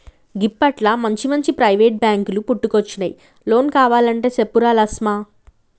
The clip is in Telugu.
గిప్పట్ల మంచిమంచి ప్రైవేటు బాంకులు పుట్టుకొచ్చినయ్, లోన్ కావలంటే చెప్పురా లస్మా